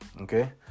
okay